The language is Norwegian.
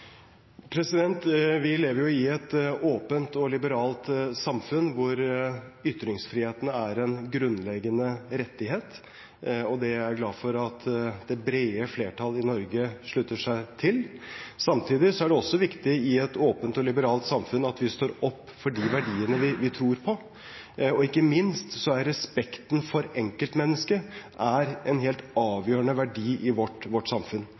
diskriminering? Vi lever jo i et åpent og liberalt samfunn hvor ytringsfriheten er en grunnleggende rettighet, og det er jeg glad for at det brede flertallet i Norge slutter seg til. Samtidig er det også viktig i et åpent og liberalt samfunn at vi står opp for de verdiene vi tror på, og ikke minst er respekten for enkeltmennesket en helt avgjørende verdi i vårt samfunn.